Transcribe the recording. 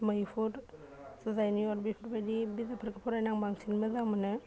मैहुर जुजाइनि अर बेफोर बायदि बिजाबफोरखौ फरायनो आं बांसिन मोजां मोनो